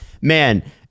man